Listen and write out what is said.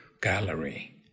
gallery